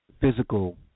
physical